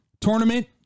tournament